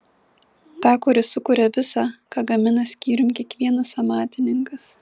tą kuris sukuria visa ką gamina skyrium kiekvienas amatininkas